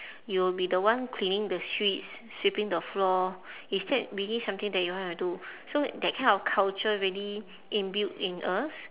you will be the one cleaning the streets sweeping the floor is that really something that you want to do so that kind of culture already inbuilt in us